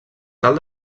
tal